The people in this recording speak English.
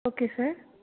okay sir